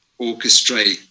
orchestrate